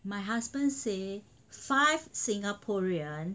my husband say five singaporean